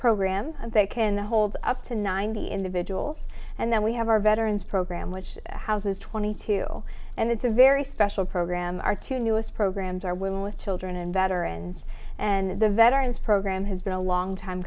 program they can hold up to ninety individuals and then we have our veterans program which houses twenty two and it's a very special program our two newest programs are women with children and veterans and the veterans program has been a long time